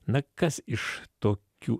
na kas iš tokių